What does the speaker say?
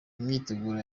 imyiteguro